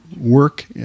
work